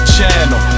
Channel